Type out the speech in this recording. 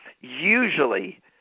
usually